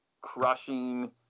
crushing